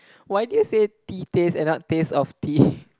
why do you say tea taste and not taste of tea